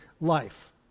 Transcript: life